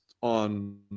on